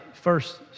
first